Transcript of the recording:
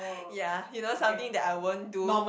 ya he knows something that I won't do